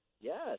Yes